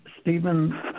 Stephen